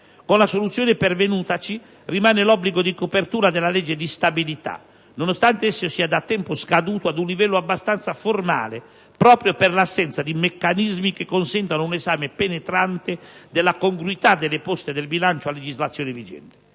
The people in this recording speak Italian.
Con la soluzione pervenutaci rimane l'obbligo di copertura della legge di stabilità, nonostante esso sia da tempo scaduto ad un livello abbastanza formale proprio per l'assenza di meccanismi che consentano un esame penetrante della congruità delle poste del bilancio a legislazione vigente,